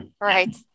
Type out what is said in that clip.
Right